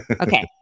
okay